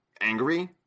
angry